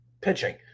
pitching